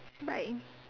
bye